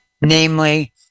namely